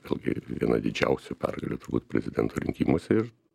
vėlgi viena didžiausių pergalių turbūt prezidento rinkimuose ir